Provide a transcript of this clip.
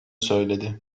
söyledi